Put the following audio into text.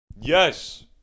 Yes